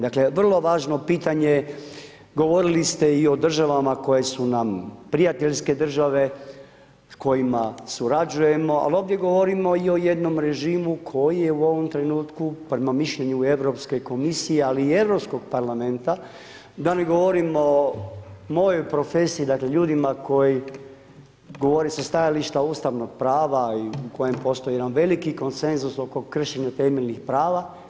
Dakle vrlo važno pitanje, govorili ste i o državama koje su nam prijateljske države, s kojima surađujemo ali ovdje govorimo i o jednom režimu koji je u ovom trenutku prema mišljenju Europske komisije ali i Europskog parlamenta, da ne govorimo mojoj profesiji dakle ljudima koji, govorim sa stajališta ustavnog prava i u kojem postoji jedan veliki konsenzus oko kršenja temeljnih prava.